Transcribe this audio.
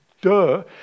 Duh